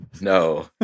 no